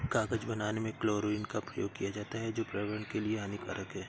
कागज बनाने में क्लोरीन का प्रयोग किया जाता है जो पर्यावरण के लिए हानिकारक है